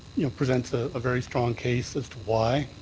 you know presents a ah very strong case as to why.